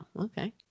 okay